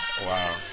Wow